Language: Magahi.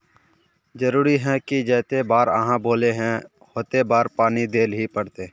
जरूरी है की जयते बार आहाँ बोले है होते बार पानी देल ही पड़ते?